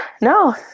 no